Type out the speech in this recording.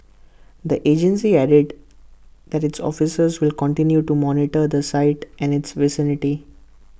the agency added that its officers will continue to monitor the site and its vicinity